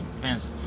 fancy